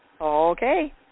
Okay